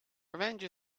revenge